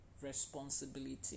responsibility